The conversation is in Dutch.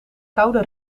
koude